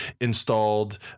installed